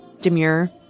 demure